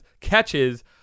catches